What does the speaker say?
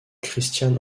christian